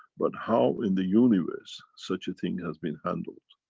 but how in the universe such a thing has been handled.